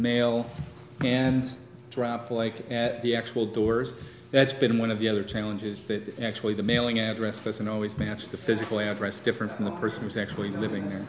male and drop like at the actual doors that's been one of the other challenges that actually the mailing address doesn't always match the physical address different from the person who's actually living there